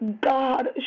God